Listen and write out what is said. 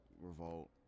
revolt